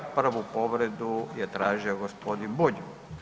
Prvu povredu je tražio gospodin Bulj.